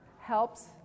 helps